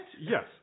Yes